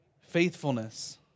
faithfulness